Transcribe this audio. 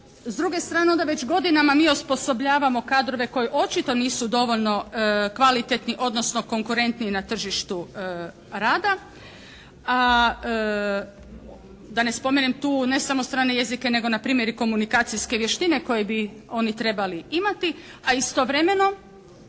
S druge strane, onda već godinama mi osposobljavamo kadrove koji očito nisu dovoljno kvalitetni odnosno konkurentni na tržištu rada a da ne spomenem tu ne samo strane jezike nego na primjer i komunikacijske vještine koje bi oni trebali imati a istovremeno